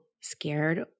scared